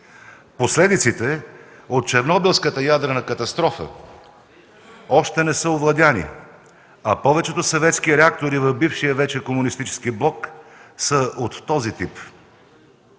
последиците от Чернобилската ядрена катастрофа още не са овладени, а повечето съветски реактори в бившия вече комунистически блок са от този тип.